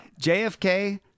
JFK